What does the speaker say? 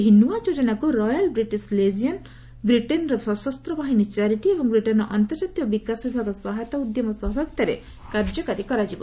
ଏହି ନୂଆ ଯୋଜନାକୁ ରୟାଲ୍ ବ୍ରିଟିଶ୍ ଲିକିୟନ୍ ବ୍ରିଟେନ୍ର ସଶସ୍ତ ବାହିନୀ ଚାରିଟି ଏବଂ ବ୍ରିଟେନ୍ର ଅନ୍ତର୍ଜାତୀୟ ବିକାଶ ବିଭାଗ ସହାୟତା ଉଦ୍ୟମ ସହଭାଗିତାରେ କାର୍ଯ୍ୟକାରୀ କରାଯିବ